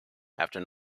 after